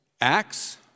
Acts